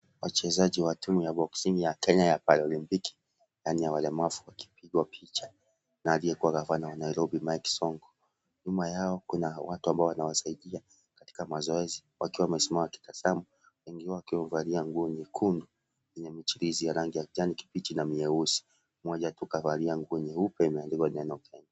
Wachezaji wa timu ya boxing ya kenya ya bara paralimpiki yenye walemavu wakipiga picha na aliyekuwa gavana wa Nairobi Mike sonko, nyuma yao kuna watu ambao wanawasaidia katika mazoezi wakiwa wamesimama wakitazama wengi wao wakiwa wamevalia nguo nyekundu yenye michirizi ya rangi ya kijani kibichi na mieusi mmoja tu kavalia nguo nyeupe imeandikwa neno kenya.